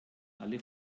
alle